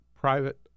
private